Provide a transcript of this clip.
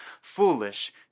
Foolish